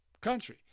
country